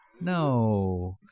No